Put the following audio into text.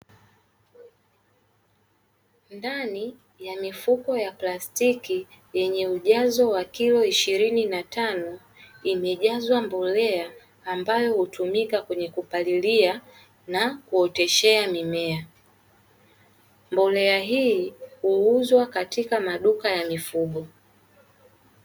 Ndani ya mifuko ya plastiki yenye ujazo wa kilo ishirini na tano imejazwa mbolea, ambayo hutumika kwenye kupalilia na kuoteshea mimea. Mbolea hii huuzwa katika maduka ya mifugo.